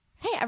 hey